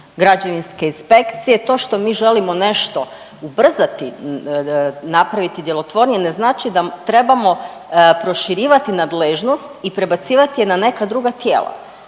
Građevinske inspekcije. To što mi želimo nešto ubrzati, napraviti djelotvornije ne znači da trebamo proširivati nadležnost i prebacivati je na neka druga tijela.